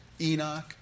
enoch